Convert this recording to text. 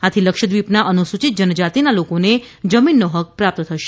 આથી લક્ષક્રીપના અનુસૂચિત જનજાતિના લોકોને જમીનનો હક્ક પ્રાપ્ત થશે